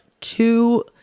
two